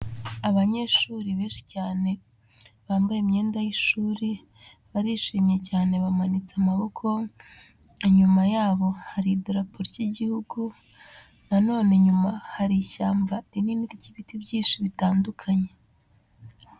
Abanyeshuri benshi cyane bambaye imyenda y'ishuri, barishimye cyane bamanitse amaboko, inyuma yabo hari idarapo ry'igihugu na none inyuma hari ishyamba rinini ry'ibiti byinshi bitandukanye.